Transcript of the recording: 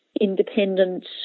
independent